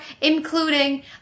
including